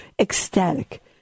ecstatic